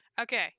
Okay